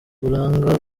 uburanga